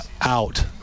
out